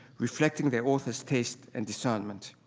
reflecting the author's taste and discernment.